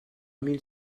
mille